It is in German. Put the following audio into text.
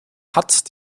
hat